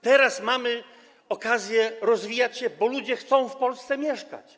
Teraz mamy okazję się rozwijać, bo ludzie chcą w Polsce mieszkać.